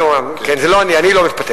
בשם אומרם, כן, זה לא אני, אני לא מתפטר.